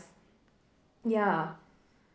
ya